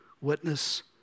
witness